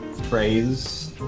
phrase